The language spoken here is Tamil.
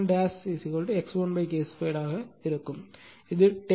125 Ω மற்றும் X1 X1 K2 ஆக இருக்கும் இது 10